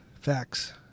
Facts